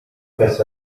face